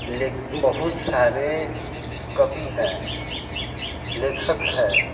लेख बहुत सारे कवी हैं लेखक हैं